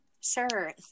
Sure